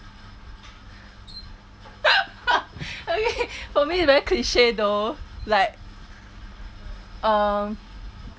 okay for me it's very cliche though like um